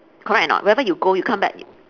correct or not wherever you go you come back